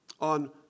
on